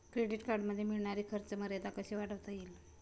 Credit कार्डमध्ये मिळणारी खर्च मर्यादा कशी वाढवता येईल?